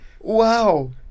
wow